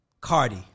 Cardi